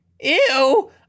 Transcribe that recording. Ew